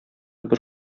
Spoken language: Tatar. бер